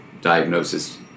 diagnosis